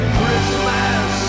Christmas